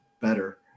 better